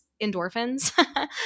endorphins